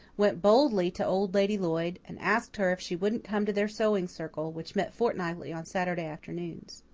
went boldly to old lady lloyd, and asked her if she wouldn't come to their sewing circle, which met fortnightly on saturday afternoons.